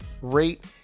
rate